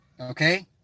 Okay